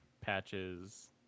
patches